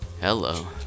Hello